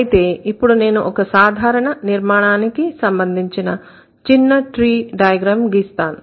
అయితే ఇప్పుడు నేను ఒక సాధారణ నిర్మాణానికి సంబంధించిన చిన్న ట్రీ డయాగ్రమ్ గీస్తాను